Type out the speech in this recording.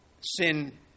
Sin